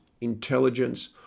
intelligence